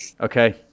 Okay